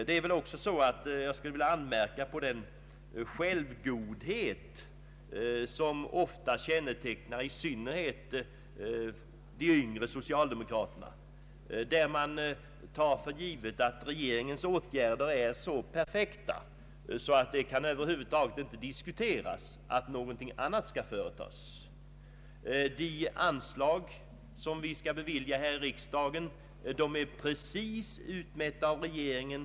Jag skulle också vilja anmärka på den självgodhet som ofta kännetecknar i synnerhet de yngre socialdemokraterna, som tycks ta för givet att regeringens åtgärder är så perfekta att det över huvud taget inte kan diskuteras att något annat skall företas. De anslag vi skall bevilja här i riksdagen är, anser man, precis riktigt utmätta av regeringen.